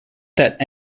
that